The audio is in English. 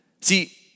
See